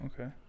okay